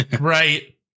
right